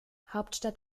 hauptstadt